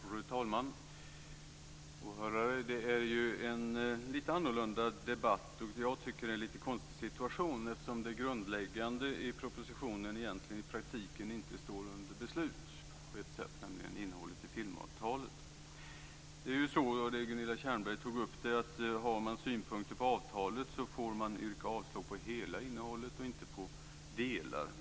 Fru talman! Åhörare! Det här är en något annorlunda debatt. Jag tycker att det är en lite konstig situation eftersom det grundläggande i propositionen i praktiken inte står under beslut, nämligen innehållet i filmavtalet. Gunilla Tjernberg tog upp att man, om man har synpunkter på avtalet, får yrka avslag på hela innehållet och inte på delar.